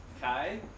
Kai